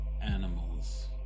animals